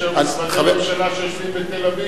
יש היום משרדי ממשלה שיושבים בתל-אביב.